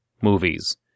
movies